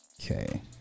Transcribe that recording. okay